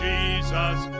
Jesus